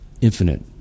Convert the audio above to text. infinite